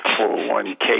401k